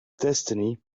destiny